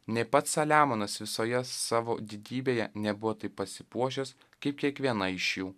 nė pats saliamonas visoje savo didybėje nebuvo taip pasipuošęs kaip kiekviena iš jų